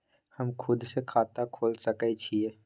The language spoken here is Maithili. हम खुद से खाता खोल सके छीयै?